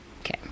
Okay